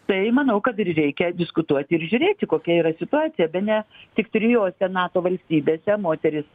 tai manau kad ir reikia diskutuoti ir žiūrėti kokia yra situacija bene tik trijose nato valstybėse moterys